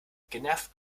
genervt